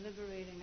liberating